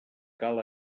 cal